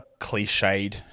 cliched